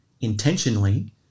intentionally